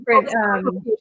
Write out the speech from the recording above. different